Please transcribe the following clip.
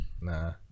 Nah